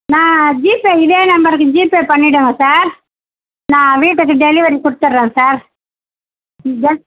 நான் ஜிபே இதே நம்பருக்கு ஜிபே பண்ணிவிடுங்க சார் நான் வீட்டுக்கு டெலிவரி கொடுத்துடுறன் சார்